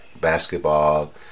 Basketball